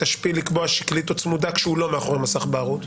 השפיל לקבוע שקלית או צמודה כשהוא לא מאחורי מסך בערות.